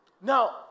Now